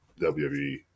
WWE